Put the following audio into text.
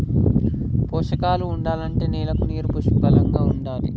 పోషకాలు ఉండాలంటే నేలకి నీరు పుష్కలంగా ఉండాలి